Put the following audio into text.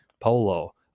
polo